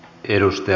ennuste